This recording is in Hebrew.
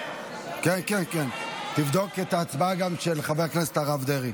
תבדוק את ההצבעה, גם של חבר הכנסת הרב דרעי.